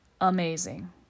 amazing